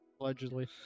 Allegedly